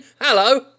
Hello